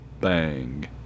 Bang